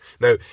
Now